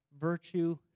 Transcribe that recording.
virtue